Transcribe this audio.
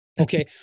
okay